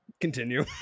continue